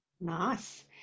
Nice